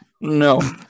no